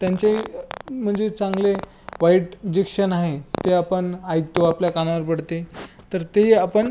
त्यांचे म्हणजे चांगले वाईट जे क्षण आहे ते आपण ऐकतो आपल्या कानावर पडते तर ते आपण